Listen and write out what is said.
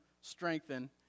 strengthen